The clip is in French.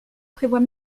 prévoit